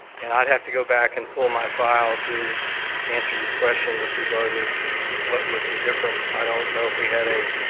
and i'd have to go back and pull my file to answer your question with regard to what was the difference. i don't know if we had a